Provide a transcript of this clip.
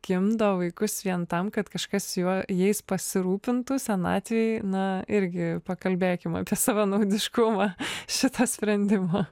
gimdo vaikus vien tam kad kažkas juo jais pasirūpintų senatvėj na irgi pakalbėkim apie savanaudiškumą šito sprendimo